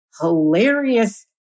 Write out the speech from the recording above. hilarious